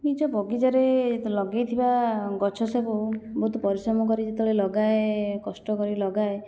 ନିଜ ବଗିଚାରେ ଲଗାଇଥିବା ଗଛ ସବୁ ବହୁତ ପରିଶ୍ରମ କରିକି ଯେତେବେଳେ ଲଗାଏ କଷ୍ଟ କରି ଲଗାଏ